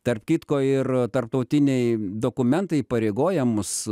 tarp kitko ir tarptautiniai dokumentai įpareigoja mus